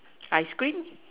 ice cream